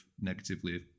negatively